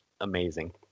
amazing